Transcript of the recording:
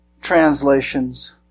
translations